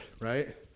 right